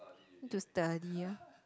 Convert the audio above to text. need to study ah